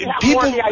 People